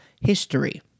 history